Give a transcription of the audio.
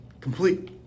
complete